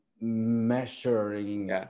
measuring